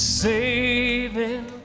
saving